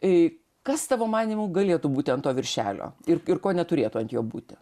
ei kas tavo manymu galėtų būti ant to viršelio ir ir ko neturėtų ant jo būti